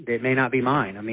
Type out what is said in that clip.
it may not be mine. i mean